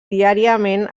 diàriament